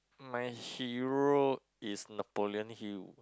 my hero is Napoleon-Hill